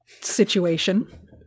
situation